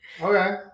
Okay